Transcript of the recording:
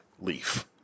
leaf